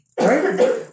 Right